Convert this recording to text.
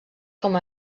com